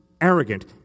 arrogant